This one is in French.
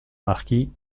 marquis